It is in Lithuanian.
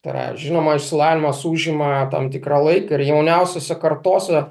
tai yra žinoma išsilavinimas užima tam tikrą laiką ir jauniausiose kartose